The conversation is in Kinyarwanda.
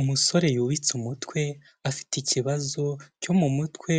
Umusore yubitse umutwe afite ikibazo cyo mu mutwe